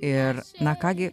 ir na ką gi